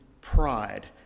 pride